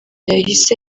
yahise